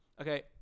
okay